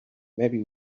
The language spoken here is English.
maybe